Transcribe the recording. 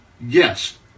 yes